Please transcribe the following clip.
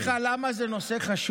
אני אגיד לך למה זה נושא חשוב,